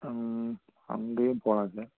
அங்கேயும் போகலாம் சார்